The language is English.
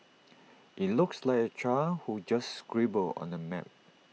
IT looks like A child who just scribbled on the map